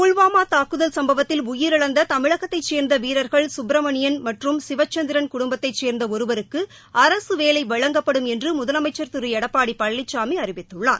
புல்வாமா தூக்குதல் சம்பவத்தில் உயிரிழந்த தமிழகத்தைச் சேர்ந்த வீரர்கள் சுப்ரமணியன் மற்றும் சிவச்சந்திரன் குடும்பத்தைச் சேர்ந்த ஒருவருக்கு அரசு வேலை வழங்கப்படும் என்று முதலமைச்சா் திரு எடப்பாடி பழனிசாமி அறிவித்துள்ளார்